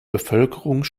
bevölkerung